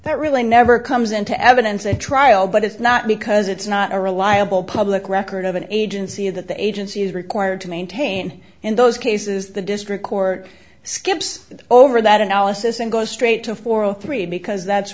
that really never comes into evidence at trial but it's not because it's not a reliable public record of an agency that the agency is required to maintain in those cases the district court skips over that analysis and goes straight to for zero three because that's